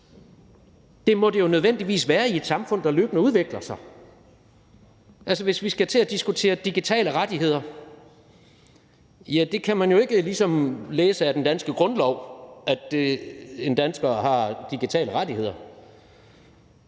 det må de nødvendigvis være i et samfund, der løbende udvikler sig. Altså, hvis vi skal til at diskutere digitale rettigheder, er der jo tale om noget, som man ikke ligesom kan læse af den danske grundlov, altså at en dansker har digitale rettigheder.